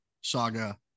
saga